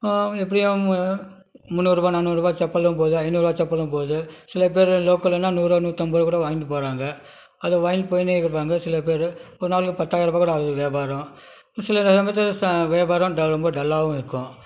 எப்படியும் முன்னூரூபா நானூரூபா செப்பலும் போது ஐநூறுவா செப்பலும் போது சில பேர் லோக்கல்லுன்னா நூறுரூவா நூத்தும்பதுரூவா கூட வாங்கிட்டு போகறாங்க அதை வாங்கிகிட்டு போயின்னே இருப்பாங்க சில பேர் ஒரு நாளைக்கு பத்தாயரூபா கூட ஆகுது வியாபாரம் சிலர் சமயத்தில் ச வியாபாரம் டல் ரொம்ப டல்லாகவும் இருக்கும்